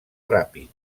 ràpid